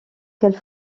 quelle